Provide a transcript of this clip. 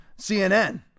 CNN